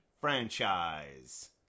franchise